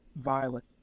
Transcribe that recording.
Violet